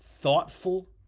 Thoughtful